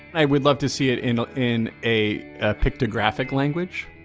i would love to see it in ah in a ah pictographic language.